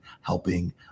helping